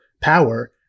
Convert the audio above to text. power